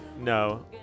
No